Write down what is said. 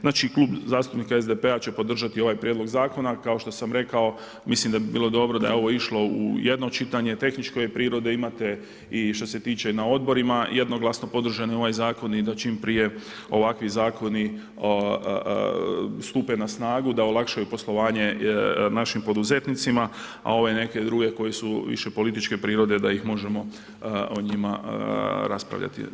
Znači Klub zastupnika SDP-a će podržati ovaj prijedlog zakona, kao što sam rekao, mislim da bi bilo dobro da je ovo išlo u jedno čitanje, tehničke je prirode, imate i što se tiče na odborima, jednoglasno podržan ovaj zakon i da čim prije ovakvi zakoni stupe na snagu i da olakšaju poslovanje našim poduzetnicima, a ove neke druge koje su više političke prirode, da ih možemo o njima raspravljati.